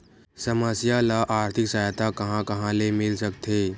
समस्या ल आर्थिक सहायता कहां कहा ले मिल सकथे?